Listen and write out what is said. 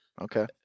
Okay